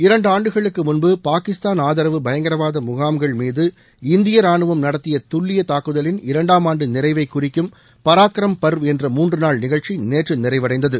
இரண்டு ஆண்டுகளுக்கு முன்பு பாகிஸ்தான் ஆதரவுபயங்கரவாத முகாம்கள் மீது இந்திய ரானுவம் நடத்திய துல்லிய தாக்குதலின் இரண்டாம் ஆண்டு நிறைவை குறித்தும் பராக்ரம் பர்வ் என்ற மூன்று நாள் நிகழ்ச்சி நேற்று நிறைவடைந்தது